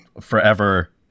forever –